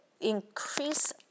increase